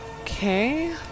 Okay